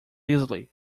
easily